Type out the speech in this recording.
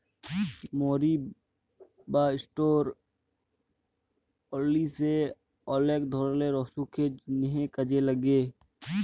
মরি বা ষ্টার অলিশে অলেক ধরলের অসুখের জন্হে কাজে লাগে